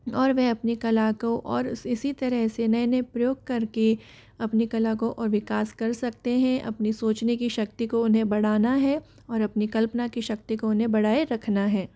और वह अपनी कला को और इसी तरह से नए नए प्रयोग करके अपनी कला को और विकास कर सकते हैं अपनी सोचने की शक्ति को उन्हें बढ़ाना है और अपनी कल्पना की शक्ति को उन्हें बढ़ाए रखना है